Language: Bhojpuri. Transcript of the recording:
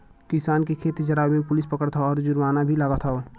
किसान के अब खेत जरावे पे पुलिस पकड़त हौ आउर जुर्माना भी लागवत हौ